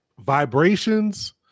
Vibrations